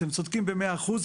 אתם צודקים במאה אחוז.